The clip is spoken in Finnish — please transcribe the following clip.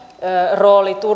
rooli